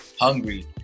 hungry